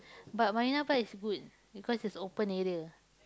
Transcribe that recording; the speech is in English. but Marina-Barrage is good because it's open area